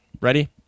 Ready